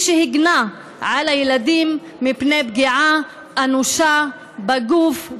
היא שהגנה על הילדים מפני פגיעה אנושה בגוף,